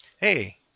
Hey